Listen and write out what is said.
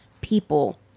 people